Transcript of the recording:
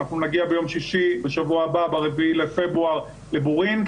אנחנו נגיע ביום שישי בשבוע הבא ב- 4 לפברואר לבורין.